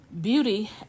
Beauty